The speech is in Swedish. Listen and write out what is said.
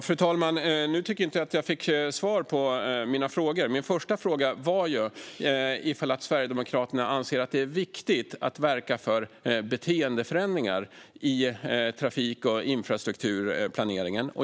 Fru talman! Nu tycker jag inte att jag fick svar på mina frågor. Min första fråga var om Sverigedemokraterna anser att det är viktigt att verka för beteendeförändringar i trafik och infrastrukturplaneringen.